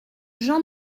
jean